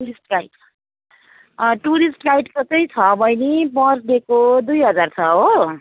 tourist guide uh tourist गाइडको चाहिँ छ बैनी पर डेको दुई हजार छ हो